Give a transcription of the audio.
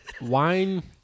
wine